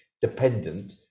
dependent